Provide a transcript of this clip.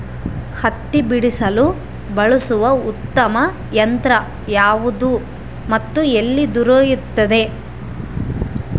ಹತ್ತಿ ಬಿಡಿಸಲು ಬಳಸುವ ಉತ್ತಮ ಯಂತ್ರ ಯಾವುದು ಮತ್ತು ಎಲ್ಲಿ ದೊರೆಯುತ್ತದೆ?